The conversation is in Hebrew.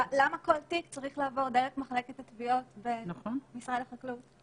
למה כל תיק צריך לעבור דרך מחלקת התביעות במשרד החקלאות?